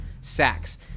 sacks